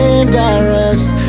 embarrassed